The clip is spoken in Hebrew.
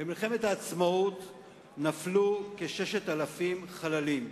במלחמת העצמאות נפלו כ-600 חללים.